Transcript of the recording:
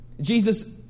Jesus